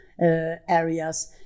areas